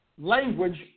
language